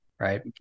Right